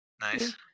Nice